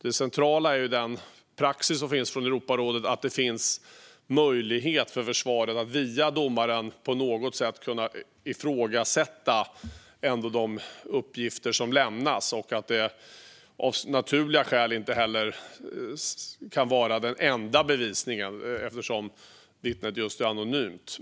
Det centrala är den praxis som finns från Europarådet - att det finns möjlighet för försvaret att via domaren ifrågasätta de uppgifter som lämnas och att dessa av naturliga skäl inte kan vara den enda bevisningen eftersom vittnet är anonymt.